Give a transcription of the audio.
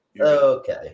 Okay